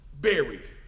buried